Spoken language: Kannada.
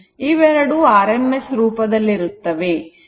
ಇವೆರಡು rms ರೂಪದಲ್ಲಿರುತ್ತವೆ